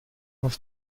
aus